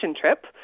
trip